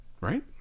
right